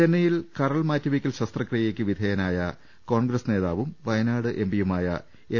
ചെന്നൈയിൽ കരൾ മാറ്റിവെക്കൽ ശസ്ത്രക്രിയക്ക് വിധേയനായ കോൺഗ്രസ് നേതാവും വയനാട് എംപിയുമായ എം